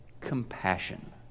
Compassion